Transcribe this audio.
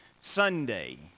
Sunday